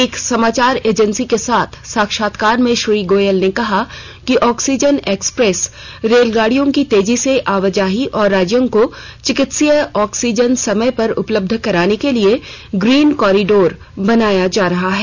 एक समाचार एजेंसी के साथ साक्षात्कार में श्री गोयल ने कहा कि ऑक्सीजन एक्सप्रेस रेलगाड़ियों की तेजी से आवाजाही और राज्यों को चिकित्सकीय ऑक्सीजन समय पर उपलब्ध कराने के लिए ग्रीन कॉरिडोर बनाया जा रहा है